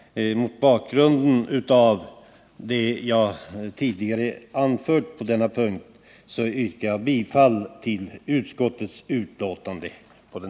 Mot bakgrund av det jag tidigare anfört yrkar jag på den här punkten bifall till utskottets hemställan.